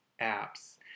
apps